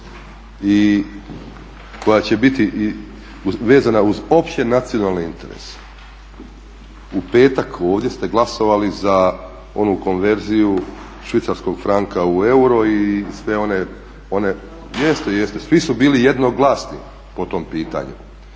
koja će biti vezana uz opće nacionalne interese. U petak ovdje ste glasovali za onu konverziju švicarskog franka u euro i sve one, jeste, jeste, svi su bili jednoglasni po tom pitanju,